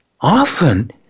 often